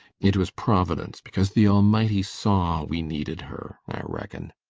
it was providence, because the almighty saw we needed her, i reckon.